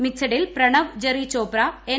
മിക്സഡിൽ Pranav Jerry Chopra N